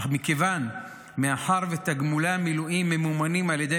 אך מאחר שתגמולי המילואים ממומנים על ידי